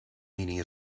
meaning